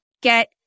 get